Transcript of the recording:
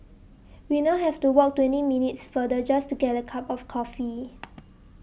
we now have to walk twenty minutes farther just to get a cup of coffee